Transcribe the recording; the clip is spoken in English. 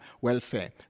welfare